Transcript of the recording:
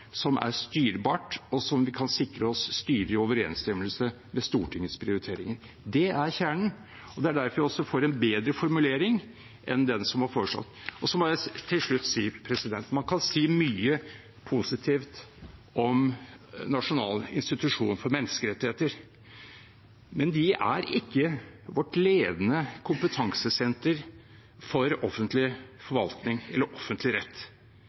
som er styrbart, og som vi kan sikre oss styrer i overensstemmelse med Stortingets prioriteringer. Det er kjernen. Det er derfor vi også får en bedre formulering enn den som var foreslått. Så må jeg til slutt si: Man kan si mye positivt om Norges institusjon for menneskerettigheter, men det er ikke vårt ledende kompetansesenter for offentlig forvaltning eller offentlig rett.